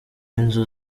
inzu